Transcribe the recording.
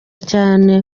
cyane